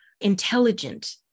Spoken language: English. intelligent